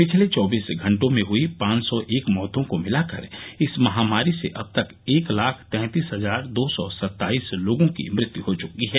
पिछले चौबीस घंटों में हई पांच सौ एक मौतों को मिलाकर इस महामारी से अब तक एक लाख तैंतीस हजार दो सौ सत्ताइस लागों की मृत्यु हो चुकी है